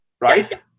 Right